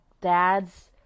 dad's